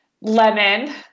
lemon